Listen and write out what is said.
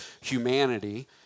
humanity